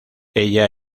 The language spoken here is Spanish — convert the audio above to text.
ella